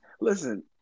listen